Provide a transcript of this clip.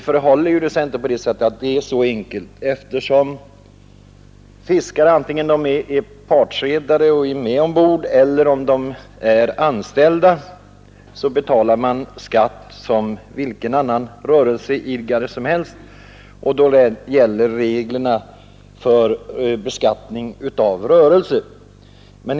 Så enkelt är det inte, eftersom fiskare antingen de är partsredare och är med ombord eller de är anställda betalar skatt som vilken annan rörelseidkare som helst. Då gäller alltså reglerna för beskattning av rörelse.